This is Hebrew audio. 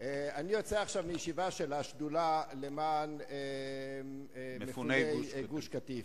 אני יוצא עכשיו מישיבה של השדולה למען מפוני גוש-קטיף.